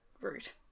route